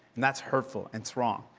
and that's hurtful, and it's wrong.